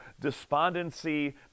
despondency